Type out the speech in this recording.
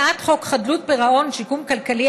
הצעת חוק חדלות פירעון ושיקום כלכלי,